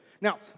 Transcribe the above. Now